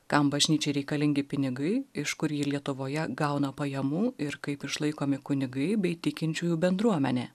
kam bažnyčiai reikalingi pinigai iš kur ji lietuvoje gauna pajamų ir kaip išlaikomi kunigai bei tikinčiųjų bendruomenė